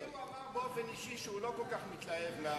הוא צריך לחתום.